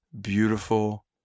beautiful